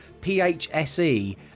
PHSE